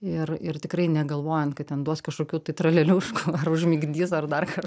ir ir tikrai negalvojant kad ten duos kažkokių tai traleliuškų ar užmigdys ar dar kaž